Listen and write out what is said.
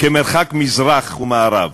כמרחק מזרח ומערב.